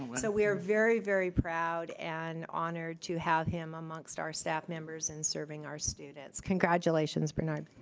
so, we are very, very proud and honored to have him amongst our staff members and serving our students. congratulations barnard.